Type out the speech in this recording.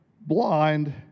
blind